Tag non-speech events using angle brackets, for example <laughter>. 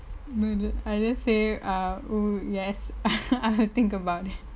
<noise> I just say err oo yes <laughs> I will think about it